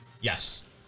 Yes